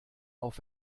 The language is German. auf